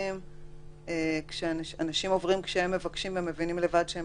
המקרים האנשים עוברים אחרי שהם ביקשו אחרי שהם הבינו לבד שהם